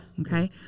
Okay